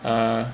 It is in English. uh